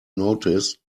notice